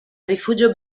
rifugio